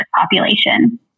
population